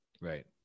Right